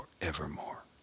forevermore